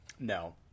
No